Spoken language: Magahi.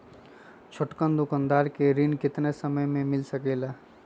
छोटकन दुकानदार के ऋण कितने समय मे मिल सकेला?